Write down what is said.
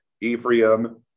Ephraim